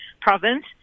province